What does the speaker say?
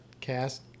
cast